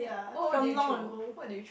what what did you throw what did you